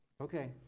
Okay